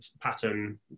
pattern